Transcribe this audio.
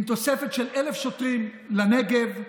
עם תוספת של 1,000 שוטרים לנגב,